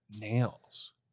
Nails